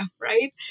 right